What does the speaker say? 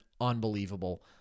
unbelievable